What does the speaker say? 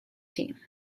team